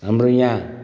हाम्रो यहाँ